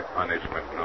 punishment